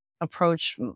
approach